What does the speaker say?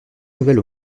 nouvelle